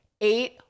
eight